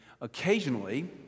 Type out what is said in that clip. occasionally